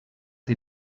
sie